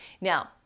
Now